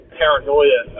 paranoia